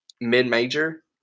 mid-major